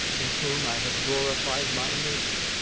in whom i have glorified my name